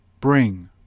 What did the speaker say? bring